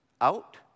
out